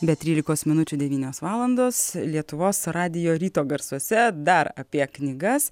be trylikos minučių devynios valandos lietuvos radijo ryto garsuose dar apie knygas